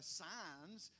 signs